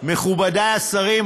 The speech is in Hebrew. מכובדי השרים,